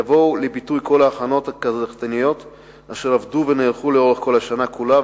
יבואו לביטוי כל ההכנות הקדחתניות אשר עובדו ונערכו לאורך כל השנה כולה,